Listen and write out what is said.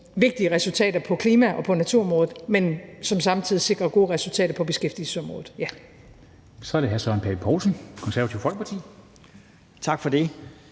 vigtige resultater på klima- og naturområdet, men som samtidig sikrer gode resultater på beskæftigelsesområdet. Kl. 13:29 Formanden (Henrik Dam Kristensen): Så er det